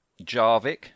Jarvik